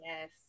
Yes